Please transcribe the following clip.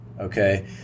Okay